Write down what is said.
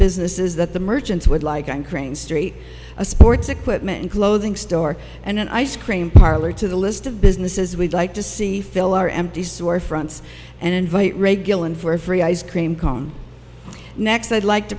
businesses that the merchants would like and crane street a sports equipment and clothing store and an ice cream parlor to the list of businesses we'd like to see fill our empty storefronts and invite regular in for free ice cream cone next i'd like to